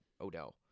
Odell